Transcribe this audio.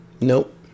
Nope